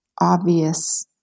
obvious